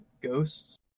Ghosts